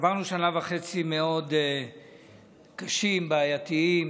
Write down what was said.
עברנו שנה וחצי מאוד קשה, בעייתית.